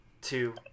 two